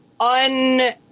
un